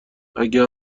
اگه